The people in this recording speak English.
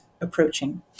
approaching